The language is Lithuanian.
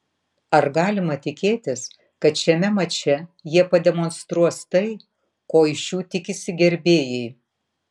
ar galima tikėtis kad šiame mače jie pademonstruos tai ko iš jų tikisi gerbėjai